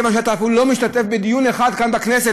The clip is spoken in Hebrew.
מכיוון שאתה לא משתתף אפילו בדיון אחד כאן בכנסת,